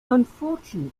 unfortunately